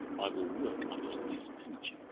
i will work upon this creature